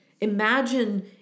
Imagine